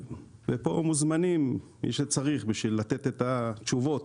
פה מוזמנים מי שצריך בשביל לתת את התשובות